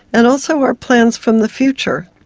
and also our plans for the future.